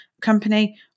company